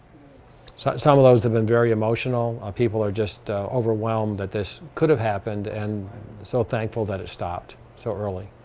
so some of those were and very emotional, people are just overwhelmed that this could have happened and so thankful that it stopped so early.